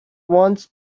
want